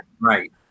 right